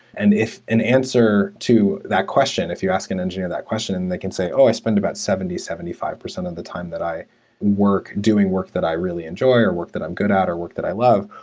and if an answer to that question, if you ask an engineer that question and they can say, oh! i spent about seventy percent, seventy five percent of the time that i work, doing work that i really enjoy or work that i'm good at or work that i love,